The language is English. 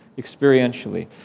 experientially